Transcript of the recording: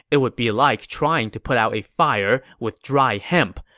it would be like trying to put out a fire with dry hemp.